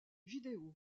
vidéos